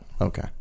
Okay